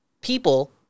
people